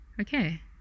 Okay